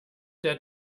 der